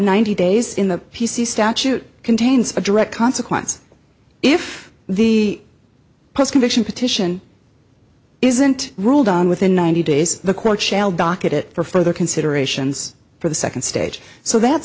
ninety days in the p c statute contains a direct consequence if the post conviction petition isn't ruled on within ninety days the court shall docket it for further considerations for the second stage so that